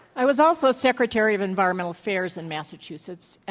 i was also secretary of environmental affairs in massachusetts,